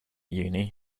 uni